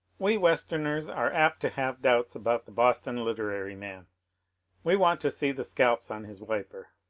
we westerners are apt to have doubts about the boston literary man we want to see the scalps on his wiper